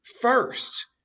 first